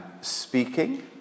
speaking